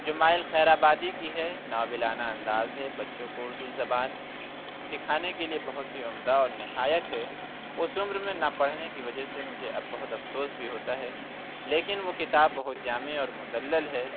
جو مائل خیرآبادی کی ہے ناولانہ انداز ہے بچوں کو اُردو زبان سکھانے کے لیے بہت ہی عمدہ اور نہایت ہے اُس عمر میں نہ پڑھنے کی وجہ سے مجھے اب بہت افسوس بھی ہوتا ہے لیکن وہ کتاب بہت جامع اور مدلل ہے